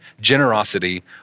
generosity